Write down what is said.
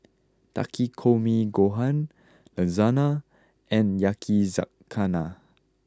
Takikomi gohan Lasagna and Yakizakana